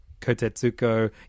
Kotetsuko